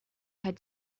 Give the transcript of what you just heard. had